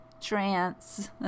trance